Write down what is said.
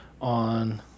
on